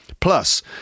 Plus